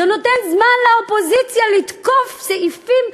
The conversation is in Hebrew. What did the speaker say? זה נותן זמן לאופוזיציה לתקוף סעיפים,